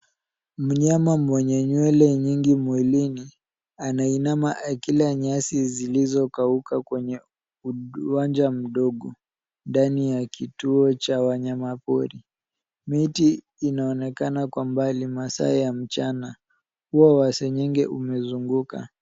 Mnyama mwenye nywele nyingi mwilini anainama akila nyasi zilizokauka kwenye uwanja mdogo ndani ya kituo cha wanyamapori. Miti inaonekana kwa mbali masaa ya mchana. Ua wa senyenge umezunguka.